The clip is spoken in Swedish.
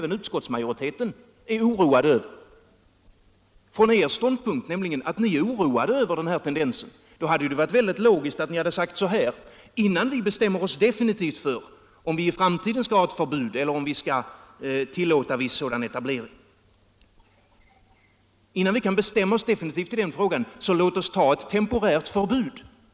Från utskottsmajoritetens utgångspunkt —- nämligen att man är oroad över denna tendens — hade det logiska varit att säga sig: Vi kan inte nu bestämma oss definitivt för om vi i framtiden skall ha ett förbud eller om vi skall tillåta viss sådan här etablering. Låt oss därför nu införa ett temporärt förbud.